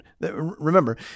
Remember